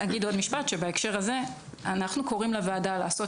בהקשר הזה אנחנו קוראים לוועדה לעשות